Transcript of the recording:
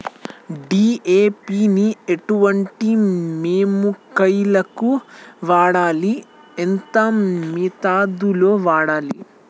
DAP ని ఎటువంటి మొక్కలకు వాడాలి? ఎంత మోతాదులో వాడాలి?